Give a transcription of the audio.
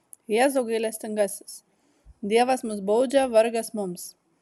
jėzau gailestingasis dievas mus baudžia vargas mums